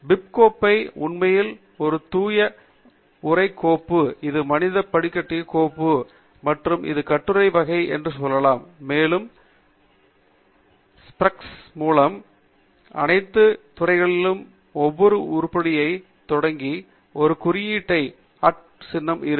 bib கோப்பை உண்மையில் ஒரு தூய உரை கோப்பு இது மனித படிக்கக்கூடிய கோப்பு மற்றும் இது கட்டுரை வகை என்ன சொல்கிறது மேலும் ப்ரேஸ்கள் மூலம் பிணைக்கப்பட்ட அனைத்து பல்வேறு துறைகளிலும் ஒவ்வொரு புதிய உருப்படியை தொடங்கி ஒரு குறியீட்டுக்குப் பிறகு அட் சின்னம் இருக்கும்